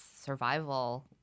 survival